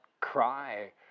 cry